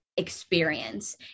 Experience